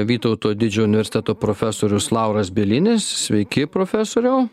vytauto didžiojo universiteto profesorius lauras bielinis sveiki profesoriau